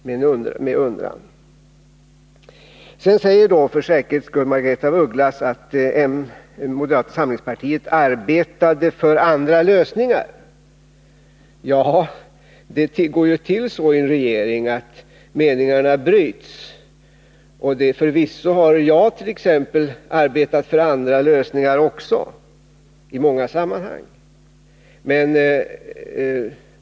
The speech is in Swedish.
Sedan säger Margaretha af Ugglas för säkerhets skull att moderata samlingspartiet arbetade för andra lösningar. Ja, det går ju till så i en regering, att meningarna bryts. Förvisso har exempelvis också jag arbetat för andra lösningar i många sammanhang.